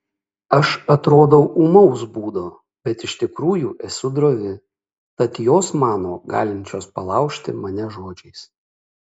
aš atrodau ūmaus būdo bet iš tikrųjų esu drovi tad jos mano galinčios palaužti mane žodžiais